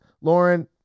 Lauren